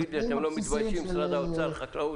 מה הבעיה להמשיך עם הפיצוי הזה ב-2020?